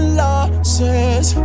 losses